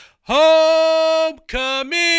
homecoming